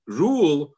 rule